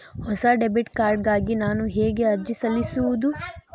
ಹೊಸ debit card ಗಾಗಿ ನಾನು ಹೇಗೆ ಅರ್ಜಿ ಸಲ್ಲಿಸುವುದು?